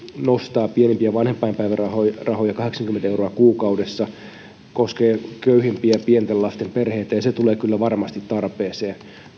nostaa pienimpiä vanhempainpäivärahoja kahdeksankymmentä euroa kuukaudessa se koskee köyhimpiä pienten lasten perheitä ja tulee kyllä varmasti tarpeeseen